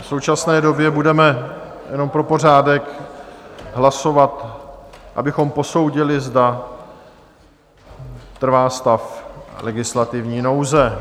V současné době budeme jenom pro pořádek hlasovat, abychom posoudili, zda trvá stav legislativní nouze.